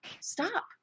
Stop